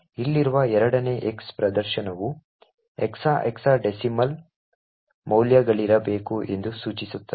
ಇಲ್ಲಿರುವ ಎರಡನೇ x ಪ್ರದರ್ಶನವು ಹೆಕ್ಸಾ ಡೆಸಿಮಲ್ ಮೌಲ್ಯಗಳಲ್ಲಿರಬೇಕು ಎಂದು ಸೂಚಿಸುತ್ತದೆ